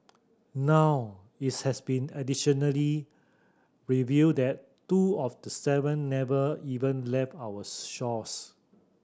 now it's has been additionally revealed that two of the seven never even left our shores